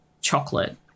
chocolate